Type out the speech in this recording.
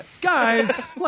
Guys